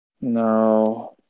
No